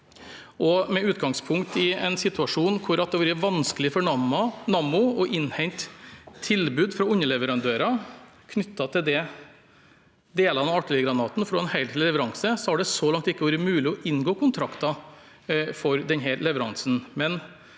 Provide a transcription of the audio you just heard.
Med utgangspunkt i en situasjon hvor det har vært vanskelig for Nammo å innhente tilbud fra underleverandører knyttet til delene av artillerigranaten for en hel leveranse, har det så langt ikke vært mulig å inngå kontrakter for denne leveransen.